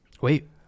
Wait